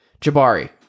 Jabari